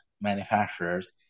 manufacturers